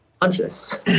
Conscious